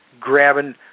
grabbing